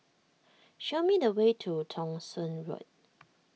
show me the way to Thong Soon Road